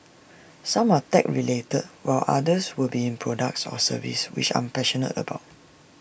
some are tech related while others will be in products or services which I'm passionate about